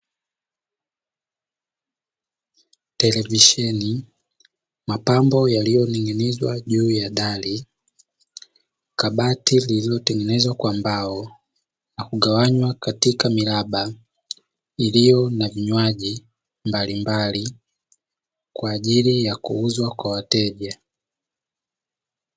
Televisheni, mapambo yaliyoning'inizwa juu ya dari, kabati lililotengenezwa kwa mbao na kugawanywa katika miraba iliyo na vinywaji mbalimbali kwa ajili ya kuuzwa kwa wateja.